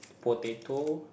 potato